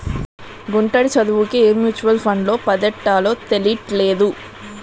గుంటడి చదువుకి ఏ మ్యూచువల్ ఫండ్లో పద్దెట్టాలో తెలీట్లేదు